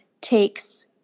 takes